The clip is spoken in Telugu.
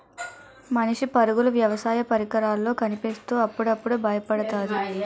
మనిషి పరుగులు వ్యవసాయ పరికరాల్లో కనిపిత్తు అప్పుడప్పుడు బయపెడతాది